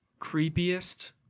creepiest